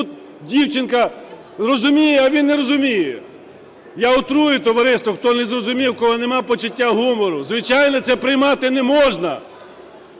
Тут дівчинка розуміє, а він не розуміє. Я утрирую, товариство, хто не зрозумів, у кого нема почуття гумору. Звичайно, це приймати не можна.